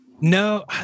No